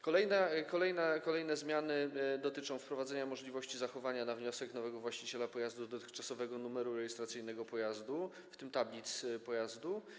Kolejne zmiany dotyczą wprowadzenia możliwości zachowania na wniosek nowego właściciela pojazdu dotychczasowego numeru rejestracyjnego pojazdu, w tym tablic pojazdu.